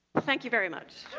thank you very much.